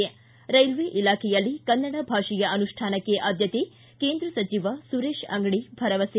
ಿ ರೈಲ್ಲೆ ಇಲಾಖೆಯಲ್ಲಿ ಕನ್ನಡ ಭಾಷೆಯ ಅನುಷ್ಠಾನಕ್ಕೆ ಆದ್ಯತೆ ಕೇಂದ್ರ ಸಚಿವ ಸುರೇಶ ಅಂಗಡಿ ಭರವಸೆ